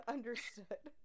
Understood